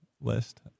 list